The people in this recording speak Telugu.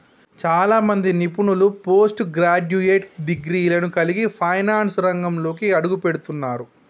చాలా మంది నిపుణులు పోస్ట్ గ్రాడ్యుయేట్ డిగ్రీలను కలిగి ఫైనాన్స్ రంగంలోకి అడుగుపెడుతున్నరు